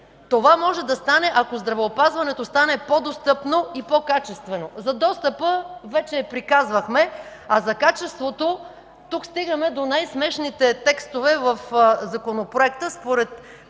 това може да стане, ако здравеопазването стане по-достъпно и по-качествено. За достъпа вече приказвахме, а за качеството – тук стигаме до най-смешните текстове в Законопроекта, според които